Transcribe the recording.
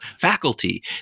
faculty